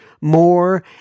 more